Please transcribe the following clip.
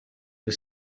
the